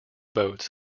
boats